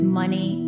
money